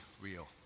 real